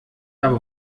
habe